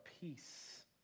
peace